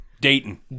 Dayton